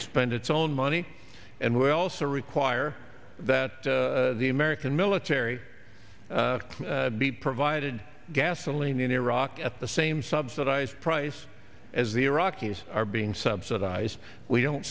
expend its own money and well also require that the american military be provided gasoline in iraq at the same subsidized price as the iraqis are being subsidized we don't